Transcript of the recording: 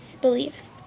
beliefs